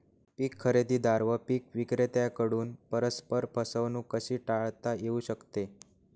पीक खरेदीदार व पीक विक्रेत्यांकडून परस्पर फसवणूक कशी टाळता येऊ शकते?